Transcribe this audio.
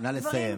נא לסיים.